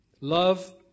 Love